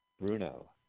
Bruno